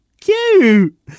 Cute